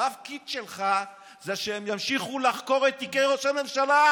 התפקיד שלך זה שהם ימשיכו לחקור את תיקי ראש הממשלה,